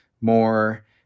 more